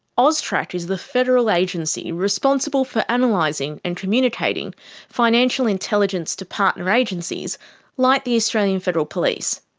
austrac is the federal agency responsible for analysing and communicating financial intelligence to partner agencies like the australian federal police.